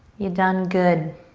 ya done good